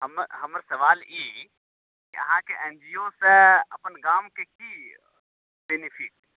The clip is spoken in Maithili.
हमर हमर सवाल ई जे अहाँके एन जी ओ सँ अपन गामके की बेनिफिट